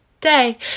day